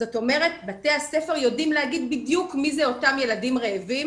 זו בעיה של רווחה,